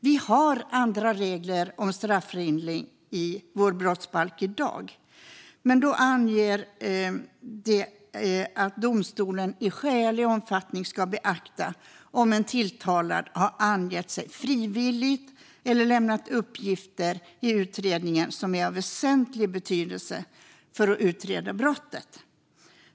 Vi har andra regler om strafflindring i vår brottsbalk i dag. Det anges att domstolen i skälig omfattning ska beakta om en tilltalad har angett sig frivilligt eller lämnat uppgifter som är av väsentlig betydelse för att utreda brottet.